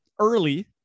early